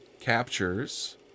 captures